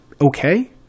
okay